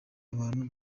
abantu